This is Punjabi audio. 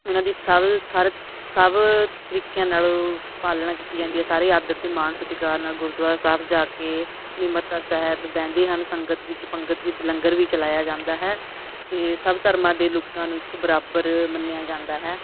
ਉਹਨਾਂ ਦੀ ਸਭ ਸਾਰੇ ਸਭ ਤਰੀਕਿਆਂ ਨਾਲ ਪਾਲਣਾ ਕੀਤੀ ਜਾਂਦੀ ਆ ਸਾਰੇ ਆਦਰ ਅਤੇ ਮਾਣ ਸਤਿਕਾਰ ਨਾਲ ਗੁਰਦੁਆਰਾ ਸਾਹਿਬ ਜਾ ਕੇ ਨਿਮਰਤਾ ਸਹਿਤ ਬਹਿੰਦੇ ਹਨ ਸੰਗਤ ਵਿੱਚ ਪੰਗਤ ਵਿੱਚ ਲੰਗਰ ਵੀ ਚਲਾਇਆ ਜਾਂਦਾ ਹੈ ਅਤੇ ਸਭ ਧਰਮਾਂ ਦੇ ਲੋਕਾਂ ਨੂੰ ਇੱਕ ਬਰਾਬਰ ਮੰਨਿਆਂ ਜਾਂਦਾ ਹੈ